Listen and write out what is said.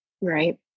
Right